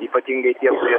ypatingai tie kurie